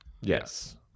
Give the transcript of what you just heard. Yes